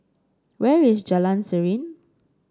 where is Jalan Serene